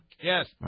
Yes